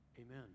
amen